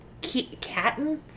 Catton